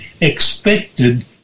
expected